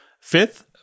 Fifth